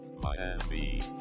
Miami